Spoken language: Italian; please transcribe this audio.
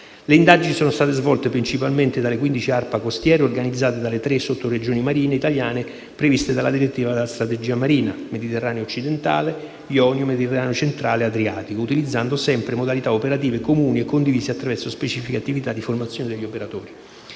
Le indagini sono state svolte principalmente dalle 15 ARPA costiere e organizzate dalle tre sottoregioni marine italiane previste dalla direttiva sulla strategia marina (Mediterraneo occidentale, Ionio, Mediterraneo centrale e Adriatico), utilizzando sempre modalità operative comuni e condivise attraverso specifiche attività di formazione degli operatori.